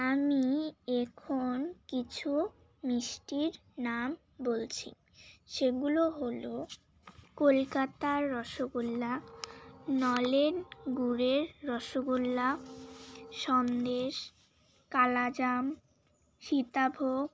আমি এখন কিছু মিষ্টির নাম বলছি সেগুলো হলো কলকাতার রসগোল্লা নলেন গুড়ের রসগোল্লা সন্দেশ কালাজাম সীতাভোগ